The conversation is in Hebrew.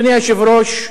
אדוני היושב-ראש,